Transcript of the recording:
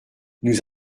nous